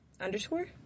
Underscore